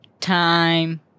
time